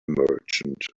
merchant